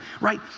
right